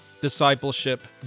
discipleship